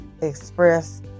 express